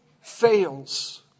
fails